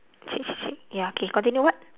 shake shake shake ya okay continue what